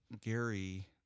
Gary